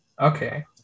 Okay